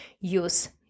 use